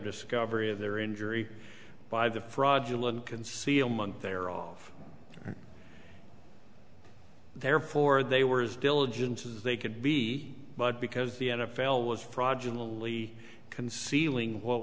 discovery of their injury by the fraudulent concealment they're off and therefore they were as diligence as they could be but because the n f l was progeny only concealing what